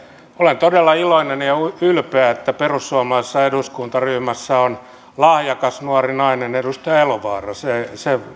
olen todella iloinen ja ylpeä että perussuomalaisessa eduskuntaryhmässä on lahjakas nuori nainen edustaja elovaara se